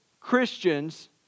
Christians